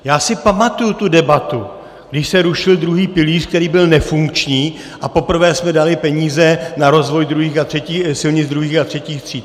Já si pamatuji debatu, když se rušil druhý pilíř, který byl nefunkční, a poprvé jsme dali peníze na rozvoj silnic druhých a třetích tříd.